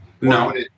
No